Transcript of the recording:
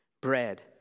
bread